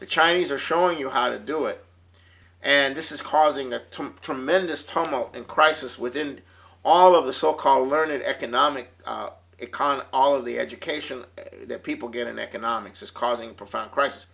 the chinese are showing you how to do it and this is causing a tremendous turmoil and crisis within all of the so called learned economic ican all of the education that people get in economics is causing profound crisis